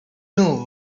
know